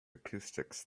acoustics